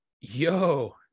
Yo